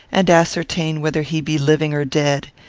and ascertain whether he be living or dead?